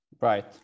Right